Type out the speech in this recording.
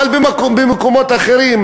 אבל במקומות אחרים,